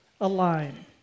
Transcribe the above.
align